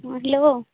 hello